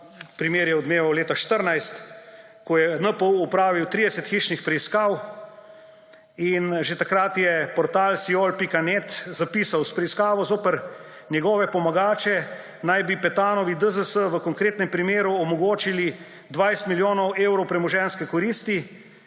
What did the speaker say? primer je odmeval leta 2014, ko je NPU opravil 30 hišnih preiskav. In že takrat je portal Siol.net zapisal: »S preiskavo zoper njegove pomagače, ki naj bi Petanovi DZS v konkretnem primeru omogočili 20 milijonov evrov premoženjske koristi,